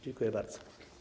Dziękuję bardzo.